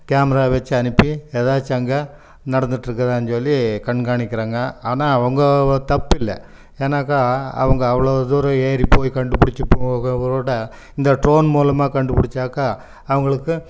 camera வச்சு அனுப்பி ஏதாச்சும் அங்கே நடந்துட்டிருக்குதானு சொல்லி கண்காணிக்கிறாங்க ஆனால் அவங்க தப்பு இல்லை ஏனாக்கா அவங்க அவ்வளோவு தூரம் ஏறி போய் கண்டுபுடிச்சு போகிறதோட இந்த ட்ரோன் மூலமாக கண்டுபிடிச்சாக்கா அவங்களுக்கு